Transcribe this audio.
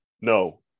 No